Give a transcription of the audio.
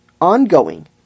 ongoing